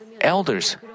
elders